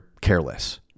careless